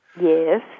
Yes